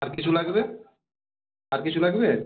আর কিছু লাগবে আর কিছু লাগবে